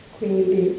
Quindi